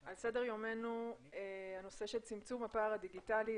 על סדר יומנו הנושא של צמצום הפער הדיגיטלי,